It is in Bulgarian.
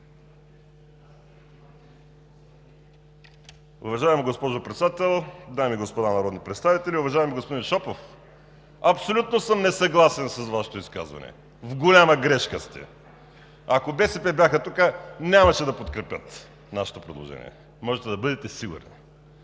Уважаема госпожо Председател, дами и господа народни представители! Уважаеми господин Шопов, абсолютно съм несъгласен с Вашето изказване. В голяма грешка сте. Ако БСП бяха тук, нямаше да подкрепят нашето предложение. Можете да бъдете сигурен.